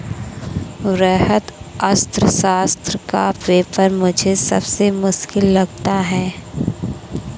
वृहत अर्थशास्त्र का पेपर मुझे सबसे मुश्किल लगता है